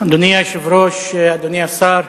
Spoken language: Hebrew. אדוני היושב-ראש, אדוני השר,